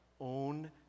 own